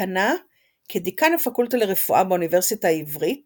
כיהנה כדיקן הפקולטה לרפואה באוניברסיטה העברית